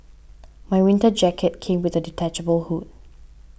my winter jacket came with a detachable hood